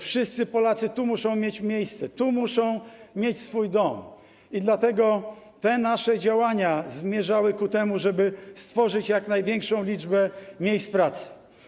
Wszyscy Polacy muszą tu mieć miejsce, muszą tu mieć swój dom i dlatego te nasze działania zmierzały ku temu, żeby stworzyć jak największą liczbę miejsc pracy.